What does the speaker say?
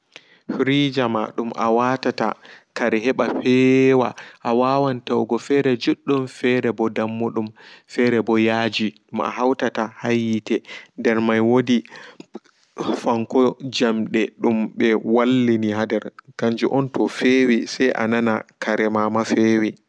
Frijama dum awatata kare heɓa feewa awawan tawugo fere juddum fere ɓo dammudum fereɓo yaaji ma ahutata ha yiite nder may wodi fonko jamde dum ɓe wallini ha nder kanju on to feewi sai anan karema ma feewi.